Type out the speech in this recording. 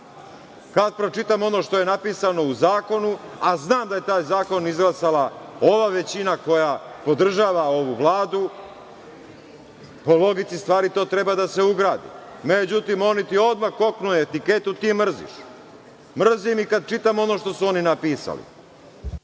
Kada pročitam ono što je napisano u zakonu, a znam da je taj zakon izglasala ova većina koja podržava ovu Vladu po logici stvari to treba da se ugradi. Međutim, oni ti odmah koknu etiketu – ti mrziš. Mrzim i kad čitam ono što su oni napisali.